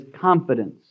confidence